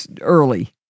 early